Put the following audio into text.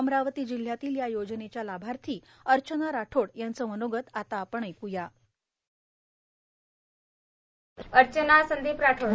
अमरावती जिल्ह्यातील या योजनेच्या लाभार्थी अर्चना राठोड यांचं मनोगत आता आपण ऐकू या साउंड बाईट अर्चना संदीप राठोड